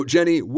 Jenny